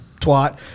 twat